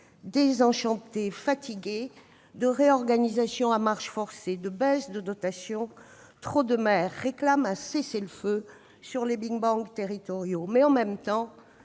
Désenchantés, fatigués de réorganisations à marche forcée et de baisses des dotations, trop de maires réclament un cessez-le-feu en matière de big-bang territorial ; en même temps,